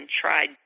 tried